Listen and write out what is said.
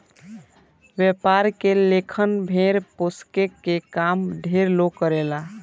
व्यापार के लेखन भेड़ पोसके के काम ढेरे लोग करेला